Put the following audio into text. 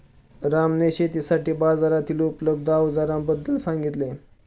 रामने शेतीसाठी बाजारातील उपलब्ध अवजारांबद्दल सांगितले